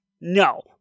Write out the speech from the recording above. No